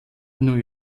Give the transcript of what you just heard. new